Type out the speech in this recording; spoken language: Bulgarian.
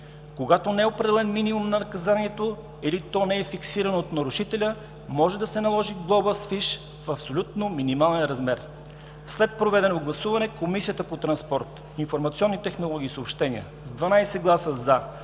Когато не е определен минимум на наказанието или то не е фиксирано на нарушителя, може да се наложи глоба с фиш в абсолютно минимален размер. След проведеното гласуване Комисията по транспорт, информационни технологии и съобщения с 12 гласа